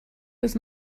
bis